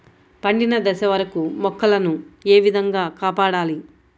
పండిన దశ వరకు మొక్కల ను ఏ విధంగా కాపాడాలి?